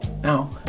Now